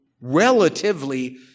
relatively